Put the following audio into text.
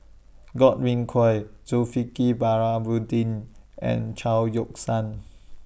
Godwin Koay Zulkifli and Chao Yoke San